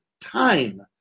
time